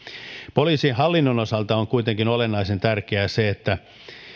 poliisihallinnon osalta on kuitenkin olennaisen tärkeää se että